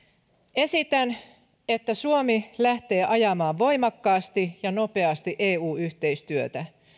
esitän että suomi lähtee ajamaan voimakkaasti ja nopeasti eu yhteistyötä